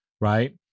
right